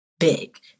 Big